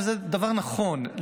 וזה דבר נכון,